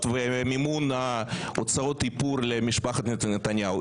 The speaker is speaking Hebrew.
ומימון הוצאות איפור למשפחת נתניהו.